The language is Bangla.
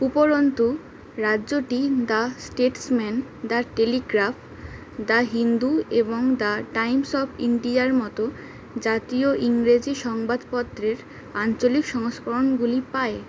উপরন্তু রাজ্যটি the Statesman the Telegraph the Hindu এবং দা টাইমস অফ ইন্ডিয়ার মতো জাতীয় ইংরেজি সংবাদপত্রের আঞ্চলিক সংস্করণগুলি পায়